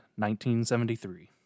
1973